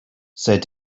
said